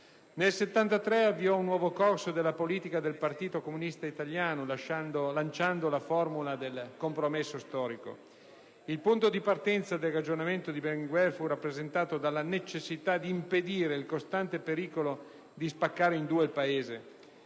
Nel 1973 avviò un nuovo corso della politica del Partito Comunista Italiano lanciando la formula del compromesso storico. Il punto di partenza del ragionamento di Berlinguer fu rappresentato dalla necessità di impedire il costante pericolo di spaccare in due il Paese.